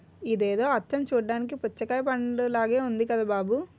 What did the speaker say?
ఇదేదో అచ్చం చూడ్డానికి పుచ్చకాయ పండులాగే ఉంది కదా బాబూ